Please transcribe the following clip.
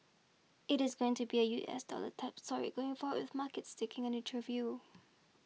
it is going to be a U S dollar type story going forward with markets taking a neutral view